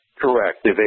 Correct